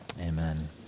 amen